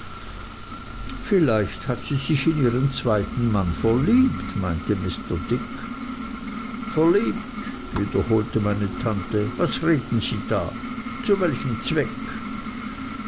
vielleicht hat sie sich in ihren zweiten mann verliebt meinte mr dick verliebt wiederholte meine tante was reden sie da zu welchem zweck